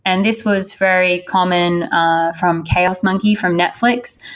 and this was very common ah from chaos monkey, from netflix.